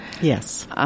Yes